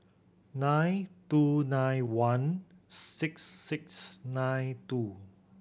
nine two nine one six six nine two